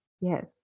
Yes